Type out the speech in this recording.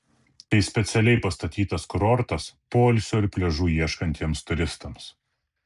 tai specialiai pastatytas kurortas poilsio ir pliažų ieškantiems turistams